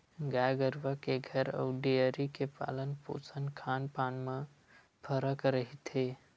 गाय गरुवा के घर अउ डेयरी के पालन पोसन खान पान म फरक रहिथे